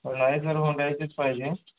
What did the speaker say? ओ नाही सर हुंडायचीच पाहिजे